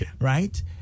right